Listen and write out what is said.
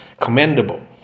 commendable